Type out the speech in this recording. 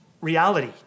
reality